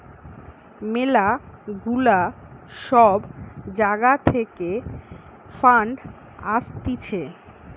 ম্যালা গুলা সব জাগা থাকে ফান্ড আসতিছে